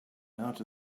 out